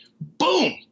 Boom